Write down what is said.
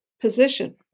position